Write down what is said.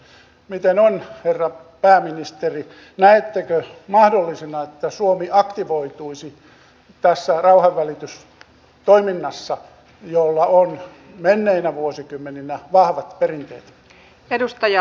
miten on herra pääministeri näettekö mahdollisena että suomi aktivoituisi tässä rauhanvälitystoiminnassa jolla on menneinä vuosikymmeninä vahvat perinteet